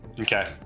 Okay